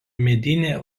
medinė